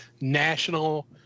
national